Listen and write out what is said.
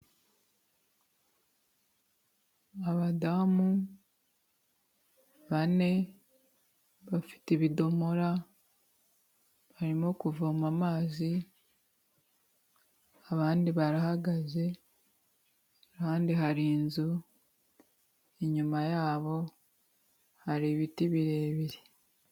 Abadamu bane bafite ibidomora, barimo kuvoma amazi, abandi barahagaze ahandi hari inzu, inyuma yabo hari ibiti birebire.